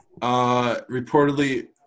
Reportedly